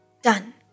Done